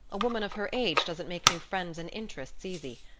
a woman of her age doesn't make new friends and interests easy.